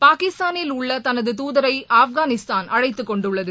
பாகிஸ்தானில் உள்ளதனது துதரைஆப்கானிஸ்தான் அழைத்துக் கொண்டுள்ளது